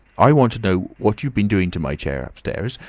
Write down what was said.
i want to know what you been doing t'my chair upstairs,